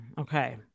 Okay